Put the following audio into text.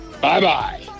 Bye-bye